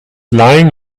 laying